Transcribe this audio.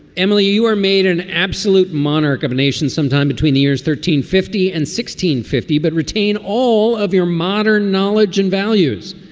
emily, you are made an absolute monarch of a nation sometime between the years thirteen fifty and sixteen fifty. but retain all of your modern knowledge and values.